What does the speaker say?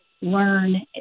learn